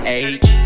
age